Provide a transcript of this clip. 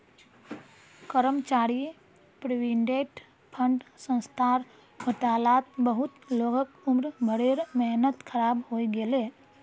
कर्मचारी provident fund संस्थार घोटालात बहुत लोगक उम्र भरेर मेहनत ख़राब हइ गेले